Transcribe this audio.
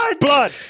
Blood